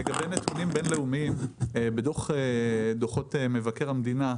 לגבי נתונים בינלאומיים בדוח מבקר המדינה,